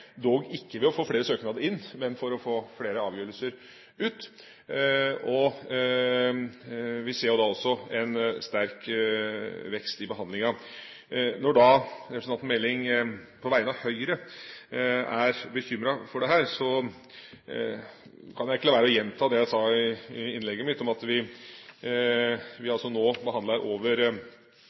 dog ikke ved å få flere søknader inn, men flere avgjørelser ut. Vi ser jo da også en sterk vekst i behandlingen. Når representanten Meling på vegne av Høyre er bekymret for dette, kan jeg ikke la være å gjenta det jeg sa i innlegget mitt, at vi behandlet over 100 saker i 2010, som altså